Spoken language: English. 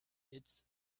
its